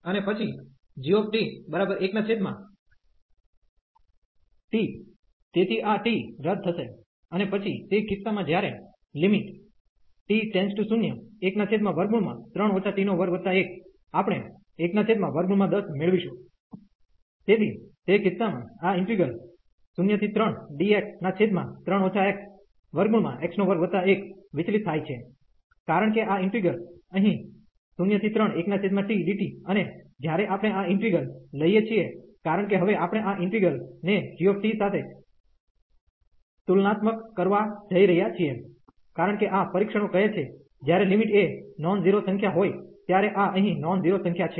અને પછી g1t તેથી આ t રદ થશે અને પછી તે કિસ્સામાં જ્યારે t→013 t21 આપણે 110 મેળવીશું તેથી તે કિસ્સા માં આ ઈન્ટિગ્રલ 03dx3 xx21 વિચલિત થાય છે કારણ કે આ ઈન્ટિગ્રલ અહીં 031tdt અને જ્યારે આપણે આ ઇન્ટિગ્રલ લઈએ છીએ કારણ કે હવે આપણે આ ઇન્ટિગ્રલ ને g સાથે તુલનાત્મકકરવા જઈ રહ્યા છીએ કારણ કે આ પરીક્ષણો કહે છે જ્યારે લિમિટ એ નોન ઝીરો સંખ્યા હોય ત્યારે આ અહીં નોન ઝીરો સંખ્યા છે